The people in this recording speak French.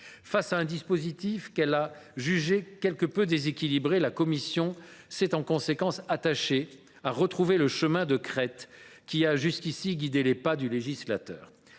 Face à un dispositif qu’elle a jugé quelque peu déséquilibré, la commission s’est en conséquence attachée à retrouver le chemin de crête qui a, jusqu’alors, guidé les pas du législateur.